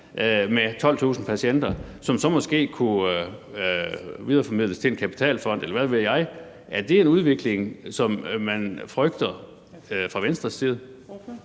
med 12.000 patienter, som så måske kunne videreformidles til en kapitalfond, eller hvad ved jeg. Er det en udvikling, som man frygter fra Venstres side?